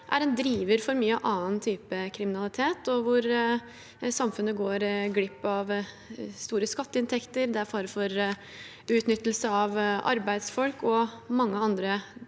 er en driver for mye annen type kriminalitet, hvor samfunnet går glipp av store skatteinntekter. Det er fare for utnyttelse av arbeidsfolk og mange andre